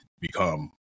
become